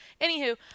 Anywho